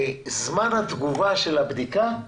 זמן התגובה של הבדיקה,